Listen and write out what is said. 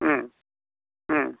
ও ও